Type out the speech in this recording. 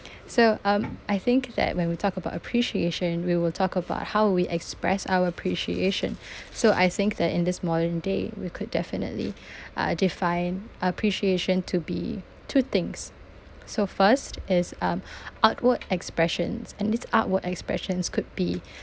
so um I think that when we talk about appreciation we will talk about how we express our appreciation so I think that in this modern day we could definitely uh define our appreciation to be two things so first is um artwork expressions and these artwork expressions could be